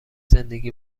زندگی